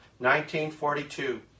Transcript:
1942